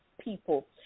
people